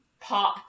pop